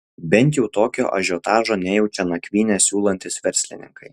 bent jau tokio ažiotažo nejaučia nakvynę siūlantys verslininkai